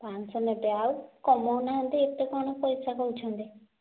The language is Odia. ପାଞ୍ଚଶହ ନେବେ ଆଉ କମାଉ ନାହାନ୍ତି ଏତେ କ'ଣ ପଇସା କହୁଛନ୍ତି